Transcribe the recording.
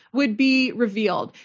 would be revealed.